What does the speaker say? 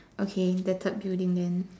okay the third building then